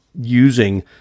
using